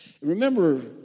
Remember